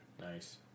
Nice